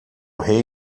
rei